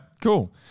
cool